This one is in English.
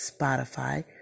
Spotify